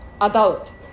adult